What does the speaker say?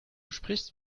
sprichst